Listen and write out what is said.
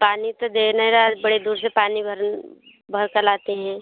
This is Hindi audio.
पानी तो दे नहीं रहा बड़ी दूर से पानी भर भर कर लाते हैं